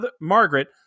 Margaret